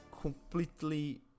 completely